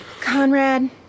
Conrad